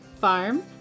farm